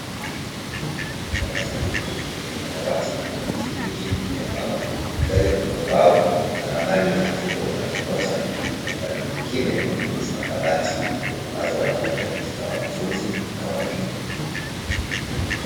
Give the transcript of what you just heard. Darasa tupu lenye madawati na viti vingi vya mbao, mbele kuna ubao, na ramani ya Afrika upande mmoja, na upande mwingine, tuna kabati, ambazo wanaweka vitu za wanafunzi, na walimu.